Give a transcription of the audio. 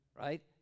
right